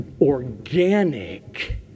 organic